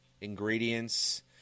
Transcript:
Ingredients